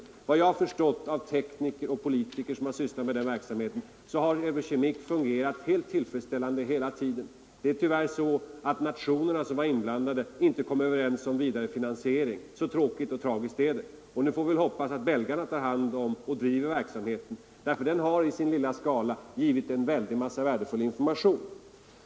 Efter vad jag förstått av tekniker och politiker som har sysslat med dessa frågor har Eurochemic hela tiden fungerat fullt tillfredsställande, men tyvärr har de nationer som varit inblandade inte blivit ense om den vidare finansieringen. Så tråkigt och tragiskt är det. Nu får vi bara hoppas att belgierna tar hand om och driver verksamheten, som i sin lilla skala har givit en mängd värdefull information.